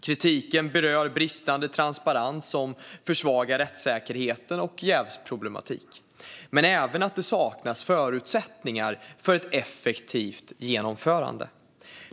Kritiken berör jävsproblematik och bristande transparens som försvagar rättssäkerheten, men även att det saknas förutsättningar för ett effektivt genomförande.